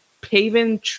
paving